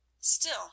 Still